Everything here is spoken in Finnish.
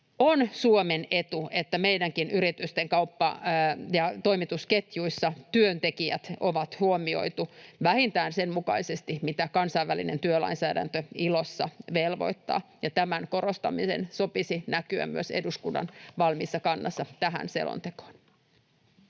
On Suomen etu, että meidänkin yritystemme kauppa- ja toimitusketjuissa työntekijät on huomioitu vähintään sen mukaisesti, mitä kansainvälinen työlainsäädäntö ILOssa velvoittaa, ja tämän korostamisen sopisi näkyä myös eduskunnan valmiissa kannassa tähän selontekoon.